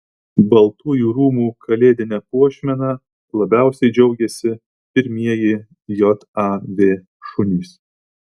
baltųjų rūmų kalėdine puošmena labiausiai džiaugiasi pirmieji jav šunys